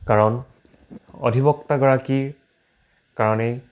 কাৰণ অধিবক্তাগৰাকীৰ কাৰণেই